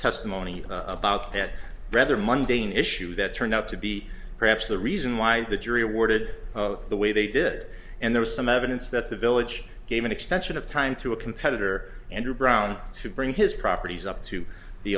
testimony about that brother mundine issue that turned out to be perhaps the reason why the jury awarded the way they did and there is some evidence that the village gave an extension of time to a competitor andrew brown to bring his properties up to the